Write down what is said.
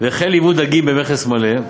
והחל ייבוא של דגים במכס מלא,